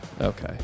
Okay